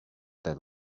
that